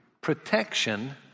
protection